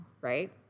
right